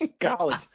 college